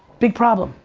big problem,